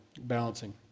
Balancing